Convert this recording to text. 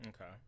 Okay